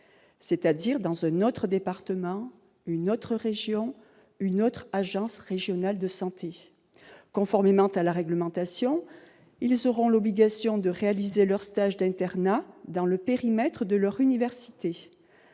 territoire d'un autre département, d'une autre région, d'une autre agence régionale de santé. Conformément à la réglementation, ils auront l'obligation de réaliser leur stage d'internat dans le périmètre de leur université.